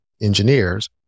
engineers